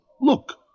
Look